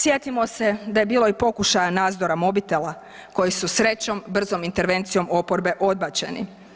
Sjetimo se da je bilo i pokušaja nadzora mobitela koji su srećom brzom intervencijom oporbe odbačeni.